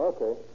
Okay